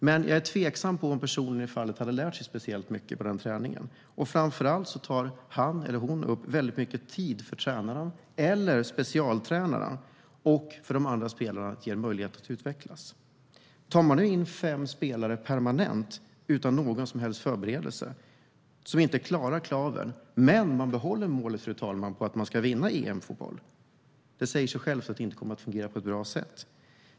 Jag är dock tveksam till om personen hade lärt sig speciellt mycket. Framför allt skulle han eller hon ta mycket av tränarens eller specialtränarens tid och av de andra spelarnas möjlighet att utvecklas. Tar man in fem spelare permanent utan någon som helst förberedelse och som inte klarar kraven men behåller målet att vinna EM kommer det såklart inte att fungera bra.